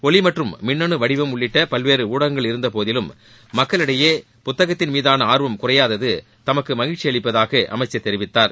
ஒலி மற்றும் மின்னணு வடிவம் உள்ளிட்ட பல்வேறு ஊடகங்கள் இருந்த போதிலும் மக்களிடையே புத்தகத்தின் மீதான ஆர்வம் குறையாதது தமக்கு மகிழ்ச்சியளிப்பதாக அமைச்சர் தெரிவித்தார்